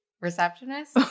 receptionist